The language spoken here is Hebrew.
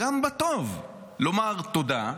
גם בטוב לומר "תודה",